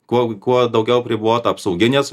kuo kuo daugiau apribota apsauginės